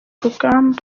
rugamba